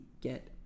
get